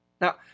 Now